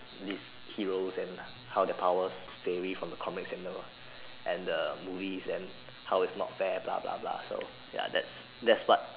these heroes and how their powers varies from the comics you know and the movies and how its not fair blah blah blah so ya that's that's what